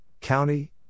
county